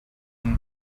been